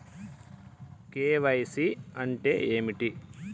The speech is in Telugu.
కే.వై.సీ అంటే ఏమిటి?